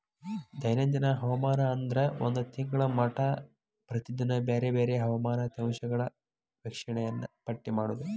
ದೈನಂದಿನ ಹವಾಮಾನ ಅಂದ್ರ ಒಂದ ತಿಂಗಳ ಮಟಾ ಪ್ರತಿದಿನಾ ಬ್ಯಾರೆ ಬ್ಯಾರೆ ಹವಾಮಾನ ಅಂಶಗಳ ವೇಕ್ಷಣೆಯನ್ನಾ ಪಟ್ಟಿ ಮಾಡುದ